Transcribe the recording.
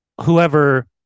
whoever